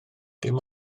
dim